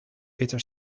peter